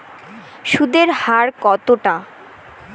সুদের হার কতটা?